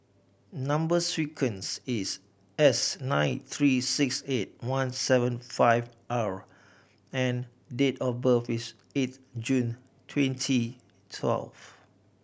number sequence is S nine three six eight one seven five R and date of birth is eight June twenty twelve